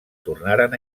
tornaren